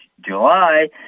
July